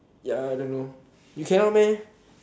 ya I don't know you cannot meh